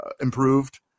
improved